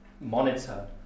monitor